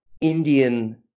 Indian